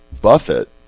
Buffett